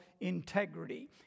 integrity